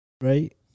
right